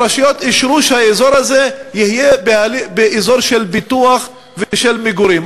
הרשויות אישרו שהאזור הזה יהיה אזור של פיתוח ושל מגורים.